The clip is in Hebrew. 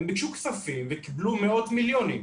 הם ביקשו כספים וקיבלו מאות מיליונים.